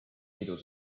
pidu